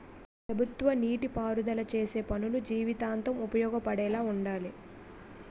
ప్రభుత్వ నీటి పారుదల సేసే పనులు జీవితాంతం ఉపయోగపడేలా వుండాలి